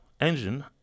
engine